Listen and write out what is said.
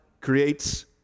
creates